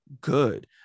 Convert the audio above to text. good